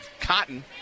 Cotton